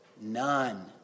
None